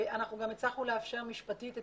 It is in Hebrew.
אנחנו גם הצלחנו לאפשר משפטית את